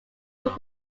would